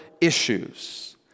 issues